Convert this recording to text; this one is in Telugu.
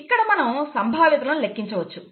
ఇక్కడ మనం సంభావ్యతలను లెక్కించవచ్చు